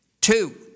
Two